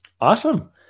Awesome